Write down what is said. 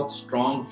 strong